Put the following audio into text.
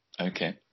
Okay